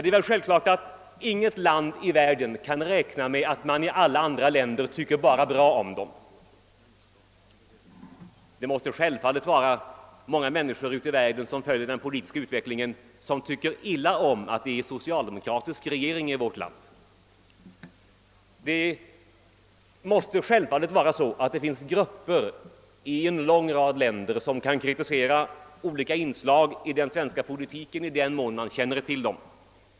Det är väl självklart att inget land i världen kan räkna med att man i alla andra länder tycker bara bra om det. Det är självfallet att många människor ute i världen, som följer den politiska utvecklingen, tycker illa om att det är en socialdemokratisk re gering i vårt land. Det måste självfallet vara så, att det finns grupper i en lång rad länder som kan kritisera olika inslag i den svenska politiken i den mån de känner till den.